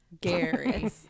Gary